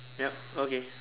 yup okay